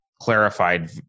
clarified